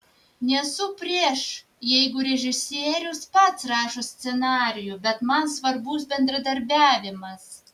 nesu prieš jeigu režisierius pats rašo scenarijų bet man svarbus bendradarbiavimas